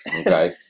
Okay